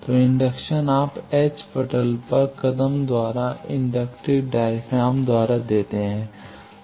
तो इंडक्शन आप h पटल पर कदम द्वारा या इंडक्टिव डायफ्राम द्वारा देते हैं